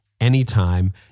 anytime